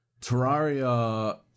terraria